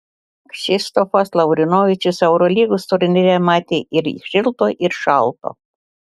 kšištofas lavrinovičius eurolygos turnyre matė ir šilto ir šalto